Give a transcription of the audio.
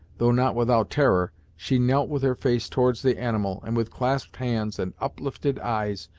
though not without terror, she knelt with her face towards the animal, and with clasped hands and uplifted eyes,